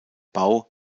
bau